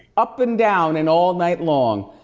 up and down and all night long.